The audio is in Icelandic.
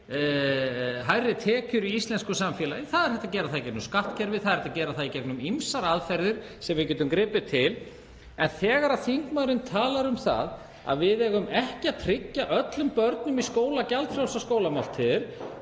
hærri tekjur í íslensku samfélagi. Það er hægt að gera það í gegnum skattkerfið, það er hægt að gera það í gegnum ýmsar aðferðir sem við getum gripið til. En þegar þingmaðurinn talar um að við eigum ekki að tryggja öllum börnum í skóla gjaldfrjálsar skólamáltíðir